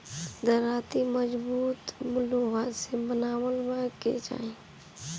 दराँती मजबूत लोहा से बनवावे के चाही